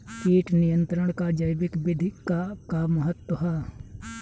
कीट नियंत्रण क जैविक विधि क का महत्व ह?